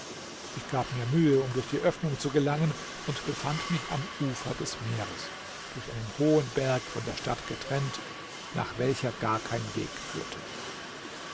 ich gab mir mühe um durch die öffnung zu gelangen und befand mich am ufer des meeres durch einen hohen berg von der stadt getrennt nach welcher gar kein weg führte